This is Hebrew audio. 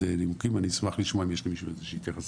נימוקים אני אשמח לשמוע אם יש למישהו איזושהי התייחסות.